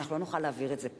אנחנו לא נוכל להעביר את זה פה.